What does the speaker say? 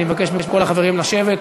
אני מבקש מכל החברים לשבת.